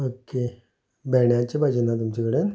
okay भेण्याची भाजी ना तुमचे कडेन